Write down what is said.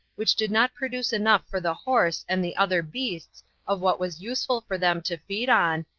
which did not produce enough for the horse and the other beasts of what was useful for them to feed on,